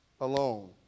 alone